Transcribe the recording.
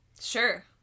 Sure